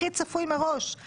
הכי צפוי מראש.